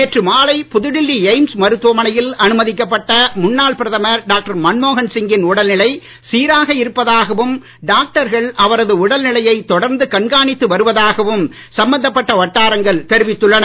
நேற்று மாலை புதுடெல்லி எய்ம்ஸ் மருத்துவமனையில் அனுமதிக்கப்பட்ட முன்னாள் பிரதமர் டாக்டர் மன்மோகன் சிங் கின் உடல் நிலை சீராக இருப்பதாகவும் டாக்டர்கள் அவரது உடல்நிலையை தொடர்ந்து கண்காணித்து வருவதாகவும் சம்பந்தப்பட்ட வட்டாரங்கள் தெரிவித்துள்ளன